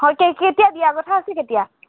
হয় কেতিয়া দিয়াৰ কথা আছে কেতিয়া